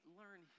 learn